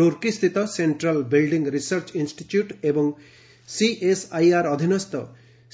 ରୁର୍କିସ୍ଥିତ central building research institute ଏବଂ CSIR ଅଧୀନସ୍ଥ